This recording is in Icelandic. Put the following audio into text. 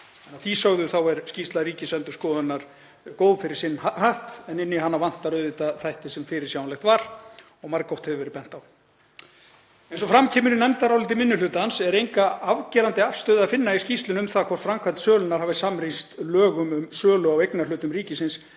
því sögðu er skýrsla Ríkisendurskoðunar góð fyrir sinn hatt en inn í hana vantar auðvitað þætti sem fyrirsjáanlegt var og margoft hefur verið bent á. Eins og fram kemur í nefndaráliti minni hlutans er enga afgerandi afstöðu að finna í skýrslunni um það hvort framkvæmd sölunnar hafi samrýmst lögum um sölu á eignarhlutum ríkisins